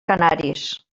canaris